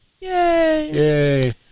Yay